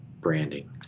branding